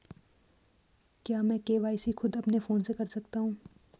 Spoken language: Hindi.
क्या मैं के.वाई.सी खुद अपने फोन से कर सकता हूँ?